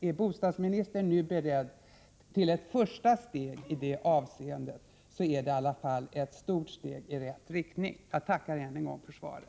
Är bostadsministern nu beredd till ett första steg i det avseendet, är det ett stort steg i rätt riktning. Jag tackar än en gång för svaret.